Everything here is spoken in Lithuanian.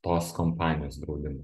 tos kompanijos draudimo